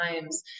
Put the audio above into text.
times